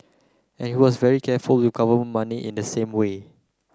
and he was very careful with government money in the same way